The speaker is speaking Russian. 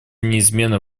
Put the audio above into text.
неизменно